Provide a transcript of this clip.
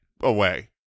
away